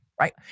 right